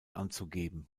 anzugeben